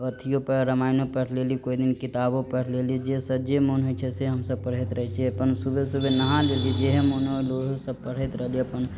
अथीयो रामायणो पैढ़ लेली कोइ दिन किताबो पैढ़ लेली जे सँ जे मोन होइ छै से हमसब पढ़ैत रहै छी अपन सूबे सूबे नहा लेली जेहे मोन होल ऊहेसब पढ़ैत रहली अपन